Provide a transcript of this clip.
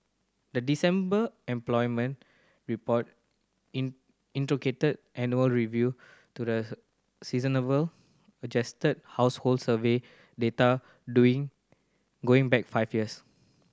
the December employment report in annual review to the adjusted household survey data doing going back five years